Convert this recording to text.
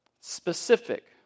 specific